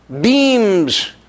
beams